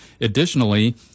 Additionally